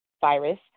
virus